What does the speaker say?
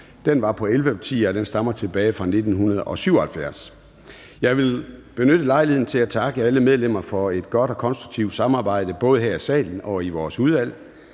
var på 11 partier, og den stammer tilbage fra 1977. Jeg vil benytte lejligheden til at takke alle medlemmer for et godt og konstruktivt samarbejde, både her i salen og i vores udvalg.